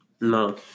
No